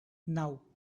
now